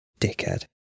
Dickhead